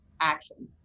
action